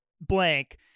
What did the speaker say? blank